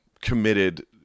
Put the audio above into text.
committed